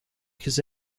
his